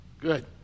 Good